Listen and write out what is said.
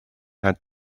had